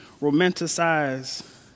romanticize